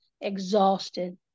exhausted